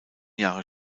jahre